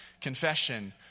confession